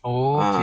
okay